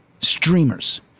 streamers